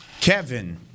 Kevin